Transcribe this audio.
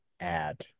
add